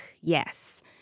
Yes